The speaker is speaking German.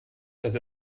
dass